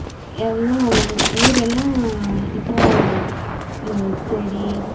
எல்லாம் ஊரெல்லாம் இப்போது செடி